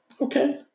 Okay